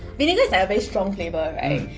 vinegar is ah a very strong flavor